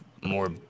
more